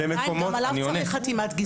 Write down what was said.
אבל גם עליו צריך חתימת גזבר.